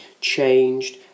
changed